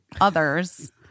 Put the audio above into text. others